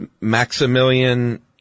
Maximilian